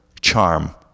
charm